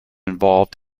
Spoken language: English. involved